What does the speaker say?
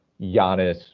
Giannis